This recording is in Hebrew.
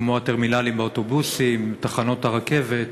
כמו הטרמינלים לאוטובוסים, תחנות הרכבת,